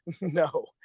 No